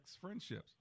friendships